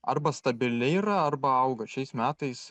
arba stabiliai yra arba auga šiais metais